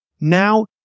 Now